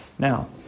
Now